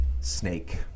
Snake